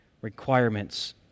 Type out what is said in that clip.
requirements